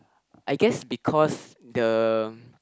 I guess because the